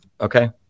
okay